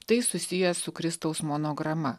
tai susiję su kristaus monograma